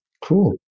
Cool